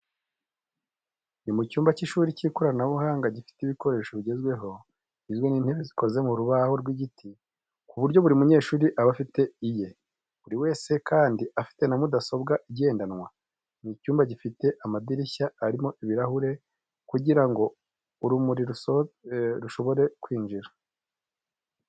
Ni mu cyumba cy’ishuri cy’ikoranabuhanga gifite ibikoresho bigezweho bigizwe n'intebe zikoze mu rubaho rw'igiti, ku buryo buri munyeshuri aba afite iye, buri wese kandi afite na mudasobwa igendanwa. Ni icyumba gifite amadirishya arimo ibirahure kugira ngo urumuri rushobore kwinjira.